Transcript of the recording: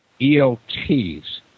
ELTs